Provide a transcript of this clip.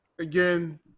Again